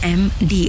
md